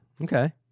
Okay